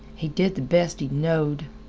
he did th' best he knowed.